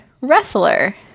wrestler